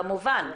כמובן,